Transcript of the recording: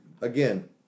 Again